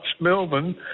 Melbourne